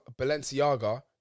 Balenciaga